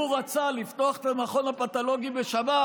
וכשהוא רצה לפתוח את המכון הפתולוגי בשבת